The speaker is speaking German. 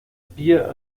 bier